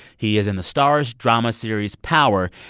he is in the starz drama series power.